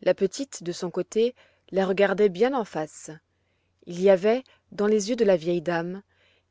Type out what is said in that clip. la petite de son côté la regardait bien en face il y avait dans les yeux de la vieille dame